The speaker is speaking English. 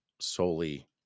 solely